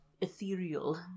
ethereal